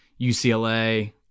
UCLA